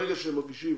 ברגע שמגישים